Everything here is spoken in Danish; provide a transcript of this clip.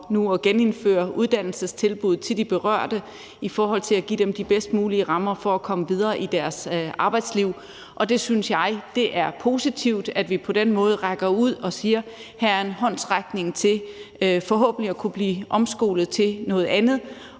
nu at genindføre uddannelsestilbud til de berørte for at give dem de bedst mulige rammer for at komme videre i deres arbejdsliv. Jeg synes, det er positivt, at vi på den måde rækker ud og giver en håndsrækning til forhåbentlig at kunne blive omskolet til noget andet.